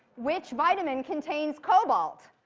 which vitamin contains cobalt?